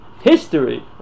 History